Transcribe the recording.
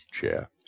chair